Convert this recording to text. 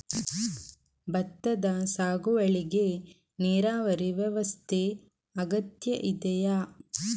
ಭತ್ತದ ಸಾಗುವಳಿಗೆ ನೀರಾವರಿ ವ್ಯವಸ್ಥೆ ಅಗತ್ಯ ಇದೆಯಾ?